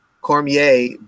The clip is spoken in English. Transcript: Cormier